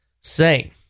say